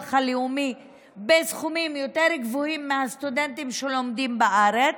הלאומי בסכומים יותר גבוהים מהסטודנטים שלומדים בארץ,